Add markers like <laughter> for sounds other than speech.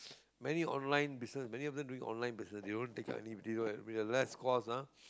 <breath> many online business many of them doing online business they don't take up any they don't have less course ah <breath>